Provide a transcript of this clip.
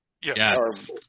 yes